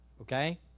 Okay